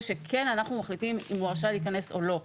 שאנחנו מחליטים אם הוא רשאי להיכנס או לא.